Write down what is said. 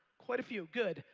quite a few. good,